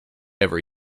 every